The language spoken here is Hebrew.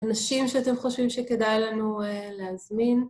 אנשים שאתם חושבים שכדאי לנו להזמין.